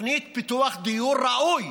ותוכנית לפיתוח דיור ראוי